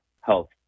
health